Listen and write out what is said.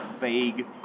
vague